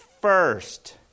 first